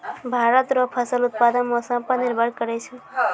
भारत रो फसल उत्पादन मौसम पर निर्भर करै छै